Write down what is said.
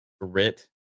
grit